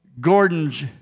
Gordon's